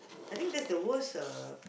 I think that's the worst uh